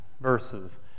verses